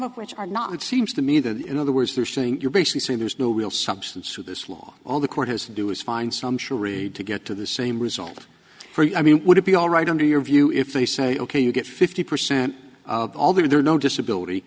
of which are not it seems to me that in other words they're saying you're basically saying there's no real substance to this law all the court has to do is find some charade to get to the same result for you i mean would it be all right under your view if they say ok you get fifty percent of all there are no disability